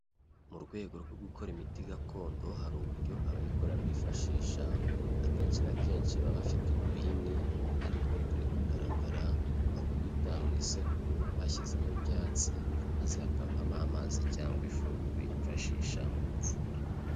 Mu rwego rwo gukora imiti gakondo hari uburyo abayikora bifashisha, akenshi na kenshi baba bafite uduhini aritwo turi kugaragara bakubita mu isekuru bashyizemo ibyatsi maze hakavamo amazi cyangwa ifu bifashisha mu kuvura.